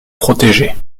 protégée